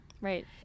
right